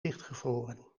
dichtgevroren